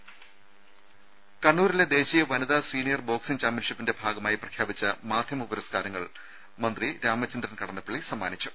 രുമ കണ്ണൂരിലെ ദേശീയ വനിതാ സീനിയർ ബോക്സിങ് ചാമ്പ്യൻഷിപ്പിന്റെ ഭാഗമായി പ്രഖ്യാപിച്ച മാധ്യമ പുരസ്കാരങ്ങൾ മന്ത്രി രാമചന്ദ്രൻ കടന്നപ്പള്ളി സമ്മാനിച്ചു